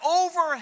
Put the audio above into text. over